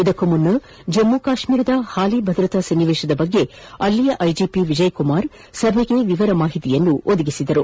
ಇದಕ್ಕೂ ಮುನ್ನ ಜಮ್ಮು ಕಾಶ್ಟೀರದ ಹಾಲಿ ಭದ್ರತಾ ಸನ್ನಿವೇಶದ ಬಗ್ಗೆ ಅಲ್ಲಿಯ ಐಜಿಪಿ ವಿಜಯ್ಕುಮಾರ್ ಸಭೆಗೆ ವಿವರ ಮಾಹಿತಿ ನೀಡಿದರು